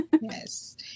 Yes